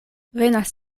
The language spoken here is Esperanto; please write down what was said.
venas